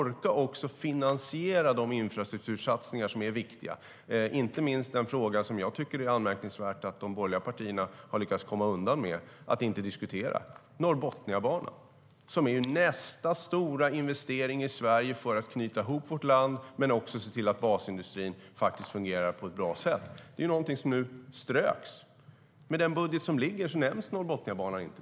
Man måste också orka finansiera de infrastruktursatsningar som är viktiga. Det gäller inte minst den fråga som jag tycker att det är anmärkningsvärt att de borgerliga partierna har lyckats komma undan med att inte diskutera: Norrbotniabanan. Det är nästa stora investering i Sverige för att knyta ihop vårt land men också se till att basindustrin fungerar på ett bra sätt. Det är någonting som nu ströks. I den budget som ligger nämns inte Norrbotniabanan.